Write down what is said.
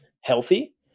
healthy